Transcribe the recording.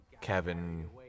Kevin